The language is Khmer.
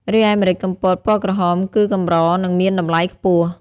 រីឯម្រេចកំពតពណ៌ក្រហមគឺកម្រ និងមានតម្លៃខ្ពស់។